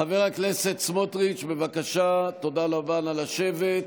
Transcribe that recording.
חבר הכנסת סמוטריץ', תודה רבה, נא לשבת.